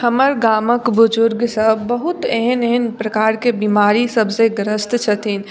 हमर गामक बुजुर्ग सभ बहुत एहन एहन प्रकारकेँ बीमारी सभसॅं ग्रस्त छथिन